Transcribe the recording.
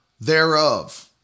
thereof